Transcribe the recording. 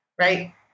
Right